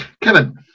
Kevin